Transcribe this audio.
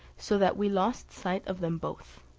so that we lost sight of them both.